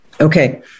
Okay